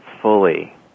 fully